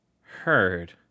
heard